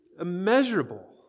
immeasurable